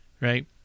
right